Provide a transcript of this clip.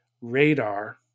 radar